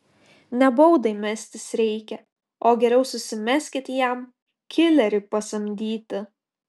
ne baudai mestis reikia o geriau susimeskit jam kilerį pasamdyti